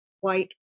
white